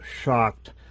shocked